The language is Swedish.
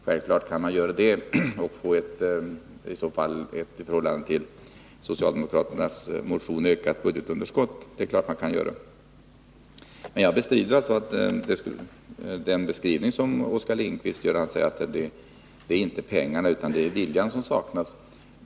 Självfallet kan man i och för sig göra det och i så fall få ett i förhållande till socialdemokraternas motion ökat budgetunderskott. Självfallet kan man göra så, men jag bestrider den beskrivning som Oskar Lindkvist här ger när han säger att det inte är pengarna utan viljan som saknas.